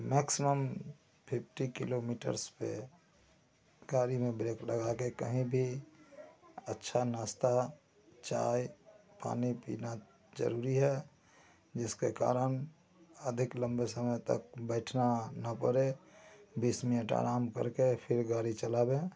maximum fifty kilometres पर गाड़ी में ब्रेक लगा कर कहीं भी अच्छा नाश्ता चाय पानी पीना ज़रूरी है जिसके कारण अधिक लम्बे समय तक बैठना ना पड़े बीस मिनट आराम करके फिर गाड़ी चलावे